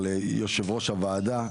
ליושב ראש הוועדה,